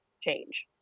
change